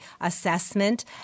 assessment